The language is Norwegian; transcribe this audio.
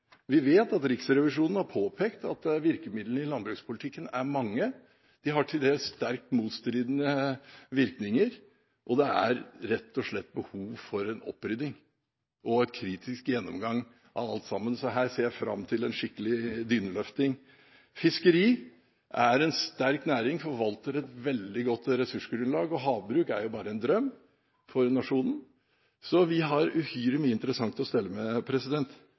Vi vet at Riksrevisjonen har påpekt at virkemidlene i landbrukspolitikken er mange, de har til dels sterkt motstridende virkninger, og det er rett og slett behov for en opprydding og en kritisk gjennomgang av alt sammen. Så her ser jeg fram til en skikkelig dyneløfting. Fiskeri er en sterk næring, den forvalter et veldig godt ressursgrunnlag, og havbruk er jo bare en drøm for nasjonen. Så vi har uhyre mye interessant å stelle med.